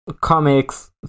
comics